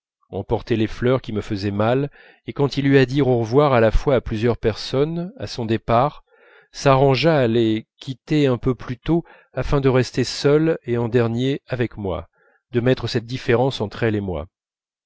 emportait les fleurs qui me faisaient mal et quand il eut à dire au revoir à la fois à plusieurs personnes à son départ s'arrangea à les quitter un peu plus tôt afin de rester seul et en dernier avec moi de mettre cette différence entre elles et moi